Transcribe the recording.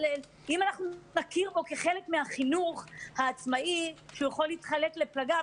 אם אנחנו נכיר בו כחלק מהחינוך העצמאי שיכול להתחלק לפלגיו,